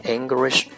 English